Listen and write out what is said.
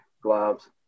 gloves